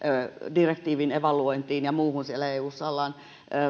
direktiivin evaluointiin ja muuhun siellä eussa ollaan